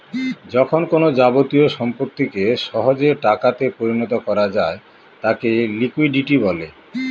যখন কোনো যাবতীয় সম্পত্তিকে সহজে টাকাতে পরিণত করা যায় তাকে লিকুইডিটি বলে